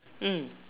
mm